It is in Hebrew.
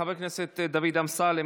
חבר הכנסת דוד אמסלם,